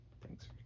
Thanks